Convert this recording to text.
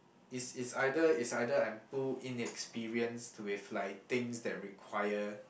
is is either is either I'm too inexperienced with like things that require